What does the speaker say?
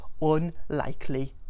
unlikely